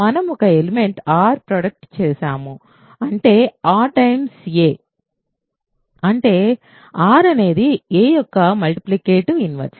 మనము ఒక element r product చేసాము అంటే r a 1 అంటే r అనేది a యొక్క మల్టిప్లికేటివ్ ఇన్వర్స్